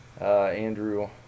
Andrew